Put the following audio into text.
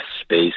space